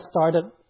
started